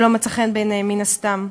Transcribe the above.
שלא מצאה חן בעיניהם מן הסתם.